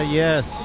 yes